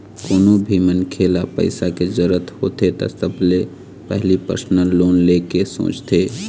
कोनो भी मनखे ल पइसा के जरूरत होथे त सबले पहिली परसनल लोन ले के सोचथे